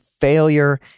failure